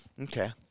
Okay